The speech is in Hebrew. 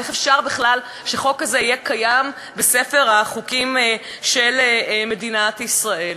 איך אפשר בכלל שחוק כזה יהיה קיים בספר החוקים של מדינת ישראל?